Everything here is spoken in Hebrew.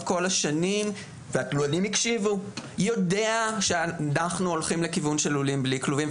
השנים יודע שאנחנו הולכים לכיוון של לולים בלי כלובים.